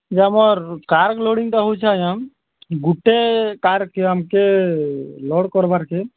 ଯେ ଆମର୍ କାର୍ ଲୋଡ଼ିଙ୍ଗ୍ଟା ହଉଛେ ଆଜ୍ଞା ଗୁଟେ କାର୍କେ ଆମ୍କେ ଲୋଡ଼୍ କର୍ବାର୍କେ